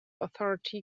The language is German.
authority